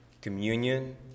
communion